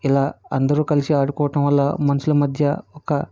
ఇలా అందరూ కలిసి ఆడుకోవటం వల్ల మనుషుల మధ్య ఒక